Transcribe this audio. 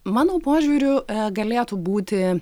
mano požiūriu galėtų būti